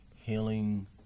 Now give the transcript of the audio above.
healing